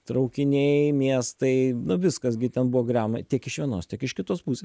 traukiniai miestai viskas gi ten buvo griaunama tiek iš vienos tiek iš kitos pusė